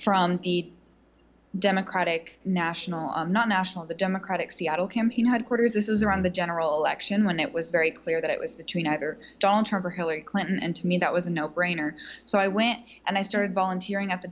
from the democratic national i'm not national democratic seattle campaign headquarters this is around the general election when it was very clear that it was between either don't turn for hillary clinton and to me that was a no brainer so i went and i started volunteering at the